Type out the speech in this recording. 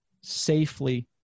safely